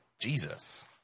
Jesus